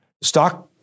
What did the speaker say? Stock